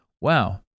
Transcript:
Wow